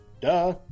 Duh